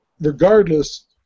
regardless